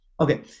okay